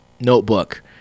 notebook